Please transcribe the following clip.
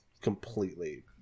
completely